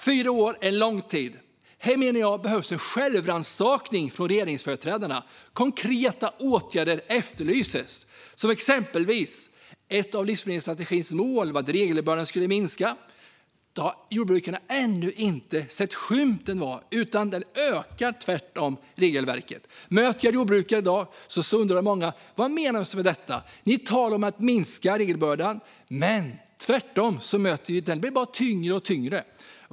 Fyra år är lång tid. Här menar jag att regeringsföreträdarna behöver ägna sig åt självrannsakan. Konkreta åtgärder efterlyses. Exempelvis var ett av livsmedelsstrategins mål att regelbördan ska minska. Det har jordbrukarna ännu inte sett skymten av. I stället ökar regelverket i omfattning. När jag möter jordbrukare i dag undrar många vad som menas. De säger att vi talar om att minska regelbördan, men tvärtom blir den bara tyngre och tyngre.